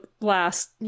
last